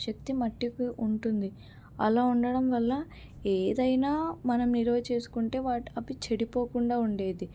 శక్తి మట్టికి ఉంటుంది అలా ఉండడం వల్ల ఏదైనా మనం నిలువ చేసుకుంటే అవి చెడిపోకుండా ఉండేది